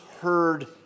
heard